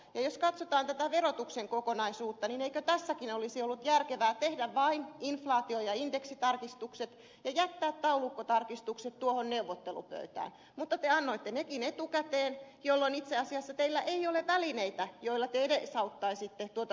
jos katsotaan tätä verotuksen kokonaisuutta niin eikö tässäkin olisi ollut järkevää tehdä vain inflaatio ja indeksitarkistukset ja jättää taulukkotarkistukset tuohon neuvottelupöytään mutta te annoitte nekin etukäteen jolloin itse asiassa teillä ei ole välineitä joilla te edesauttaisitte työmarkkinasopua